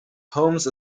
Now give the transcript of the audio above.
poems